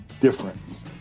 difference